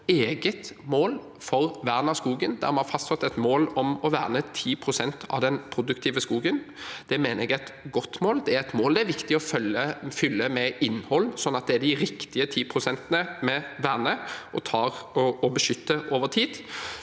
eget mål for vern av skogen, vi har fastsatt et mål om å verne 10 pst. av den produktive skogen. Det mener jeg er et godt mål. Det er et mål det er viktig å fylle med innhold, sånn at det er de riktige 10 pst. vi verner og beskytter over tid.